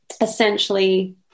Essentially